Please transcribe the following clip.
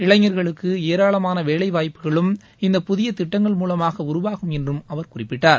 இளைஞர்களுக்கு ஏராளமான வேலைவாய்ப்புகளும் இந்த புதிய திட்டங்கள் மூலமாக உருவாகும் என்றும் அவர் குறிப்பிட்டார்